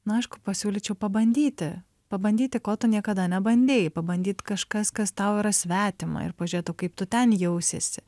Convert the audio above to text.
na aišku pasiūlyčiau pabandyti pabandyti ko tu niekada nebandei pabandyt kažkas kas tau yra svetima ir pažiūrėt o kaip tu ten jausiesi